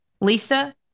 Lisa